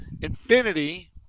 Infinity